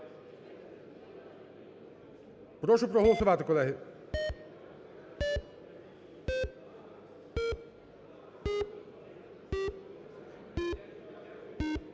Прошу проголосувати, колеги.